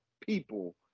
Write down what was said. people